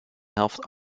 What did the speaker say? helft